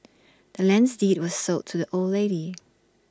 the land's deed was sold to the old lady